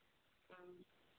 ꯎꯝ